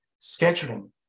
scheduling